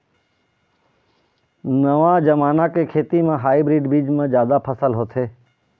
नवा जमाना के खेती म हाइब्रिड बीज म जादा फसल होथे